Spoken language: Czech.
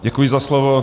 Děkuji za slovo.